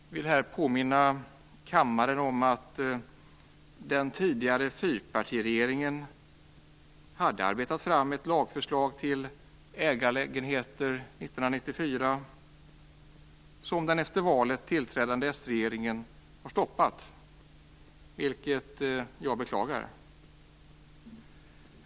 Jag vill här påminna kammaren om att den tidigare fyrpartiregeringen hade arbetat fram ett lagförslag till ägarlägenheter 1994. Den efter valet tillträdande sregeringen har stoppat detta. Det beklagar jag.